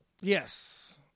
Yes